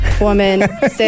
woman